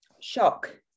shock